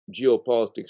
geopolitics